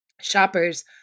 Shoppers